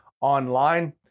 online